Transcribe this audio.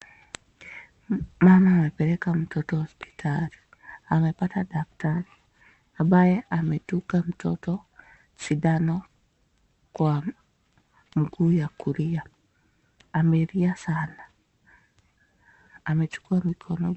Mama amepeleka mtoto hospitali, amepata daktari ambaye amedunga mtoto sindano kwa mguu ya kulia, amelia sana, amechukua mikono...